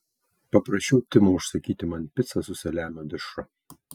paprašiau timo užsakyti man picą su saliamio dešra